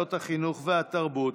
בוועדות החינוך והתרבות,